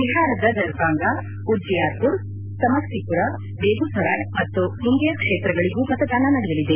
ಬಿಹಾರದ ದರ್ಬಾಂಗ ಉಜ್ಜಿಯಾರ್ಪುರ್ ಸಮಸ್ತಿಪುರ ಬೇಗುಸರಾಯ್ ಮತ್ತು ಮುಂಗೇರ್ ಕ್ಷೇತ್ರಗಳಿಗೂ ಮತದಾನ ನಡೆಯಲಿದೆ